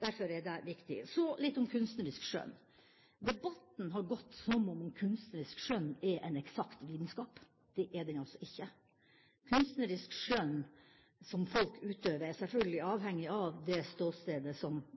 Derfor er det viktig. Så litt om kunstnerisk skjønn. Debatten har gått som om kunstnerisk skjønn er en eksakt vitenskap. Det er det ikke. Kunstnerisk skjønn som folk utøver, er selvfølgelig avhengig av det ståstedet som